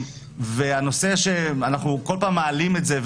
אנחנו כל פעם מעלים את זה,